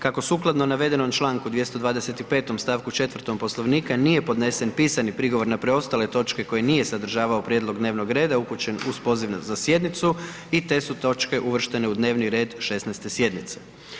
Kako sukladno navedenom čl. 225. st. 4. Poslovnika nije podnesen pisani prigovor na preostale točke koje nije sadržavao prijedlog dnevnog reda upućen uz poziv za sjednicu i te su točke uvrštene u dnevni red 16. sjednice.